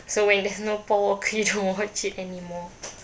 so when there's no paul walker you don't watch it anymore